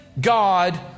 God